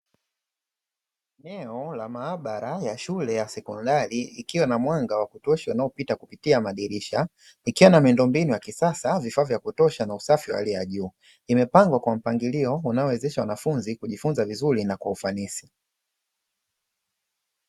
Eneo la maabara ya shule ya sekondari ikiwa na mwanga wa kutosha unaopita kupitia madirisha, ikiwa na miundombinu ya kisasa vifaa vya kutosha na usafi wa hali ya juu. Imepangwa kwa mpangilio unaowezesha wanafunzi kujifunza vizuri na kwa ufanisi.